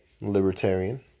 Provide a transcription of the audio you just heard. libertarian